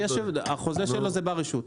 החוזה שלו זה בר רשות.